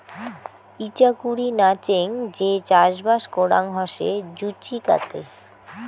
ইচাকুরি নাচেঙ যে চাষবাস করাং হসে জুচিকাতে